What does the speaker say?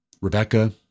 Rebecca